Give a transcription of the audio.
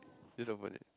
just open it